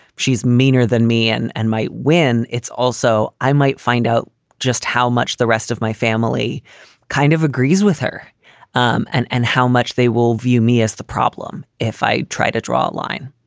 she's meaner than me and and might win. it's also i might find out just how much the rest of my family kind of agrees with her um and and how much they will view me as the problem if i try to draw a line.